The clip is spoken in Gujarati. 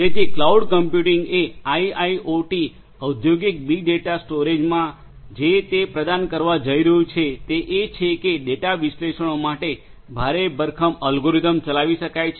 તેથી ક્લાઉડ કમ્પ્યુટિંગએ આઇઆઇઓટી ઔદ્યોગિક બિગ ડેટા સ્ટોરેજમાં જે તે પ્રદાન કરવા જઈ રહ્યું છે તે એ છે કે ડેટા વિશ્લેષણો માટે ભારેભરખમ એલ્ગોરિધમ્સ ચલાવી શકાય છે